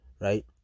right